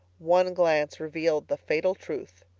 one glance revealed the fatal truth.